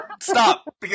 Stop